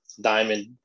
diamond